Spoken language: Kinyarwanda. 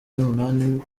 numunani